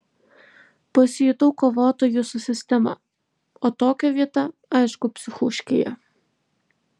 pasijutau kovotoju su sistema o tokio vieta aišku psichuškėje